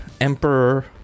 Emperor